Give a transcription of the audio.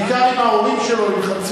אבל היה מקרה, בעיקר אם ההורים שלו ילחצו.